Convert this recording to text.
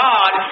God